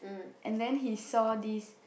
and then he saw this